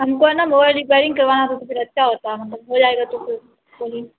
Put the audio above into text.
ہم کو ہے نا موائل ریپیئرنگ کروانا تھا تو پھر اچھا ہوتا مطلب ہو جائے گا تو پھر سوری